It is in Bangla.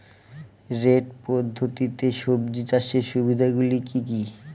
বেড পদ্ধতিতে সবজি চাষের সুবিধাগুলি কি কি?